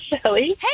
Shelly